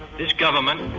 this government,